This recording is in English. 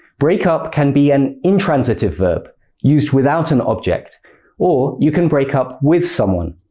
break up can be an intransitive verb used without an object or you can break up with someone.